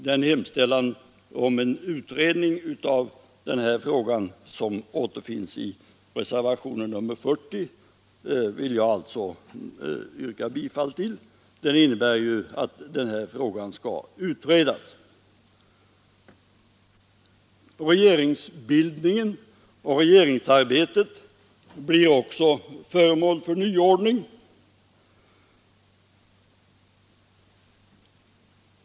Den hemställan om utredning av denna fråga som återfinns i reservationen 40 vill jag alltså yrka bifall till. Den innebär att denna fråga skall utredas. Regeringsbildningen och regeringsarbetet blir också föremål för nyordning.